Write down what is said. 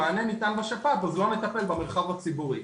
המענה ניתן בשפ"פ, אז לא נטפל במרחב הציבורי.